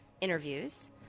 interviews